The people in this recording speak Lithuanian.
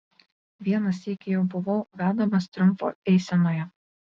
vieną sykį jau buvau vedamas triumfo eisenoje